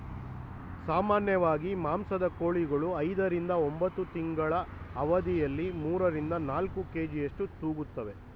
ಸಾಮಾನ್ಯವಾಗಿ ಮಾಂಸದ ಕೋಳಿಗಳು ಐದರಿಂದ ಒಂಬತ್ತು ತಿಂಗಳ ಅವಧಿಯಲ್ಲಿ ಮೂರರಿಂದ ನಾಲ್ಕು ಕೆ.ಜಿಯಷ್ಟು ತೂಗುತ್ತುವೆ